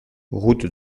route